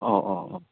अ अ अ